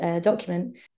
document